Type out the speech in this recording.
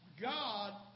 God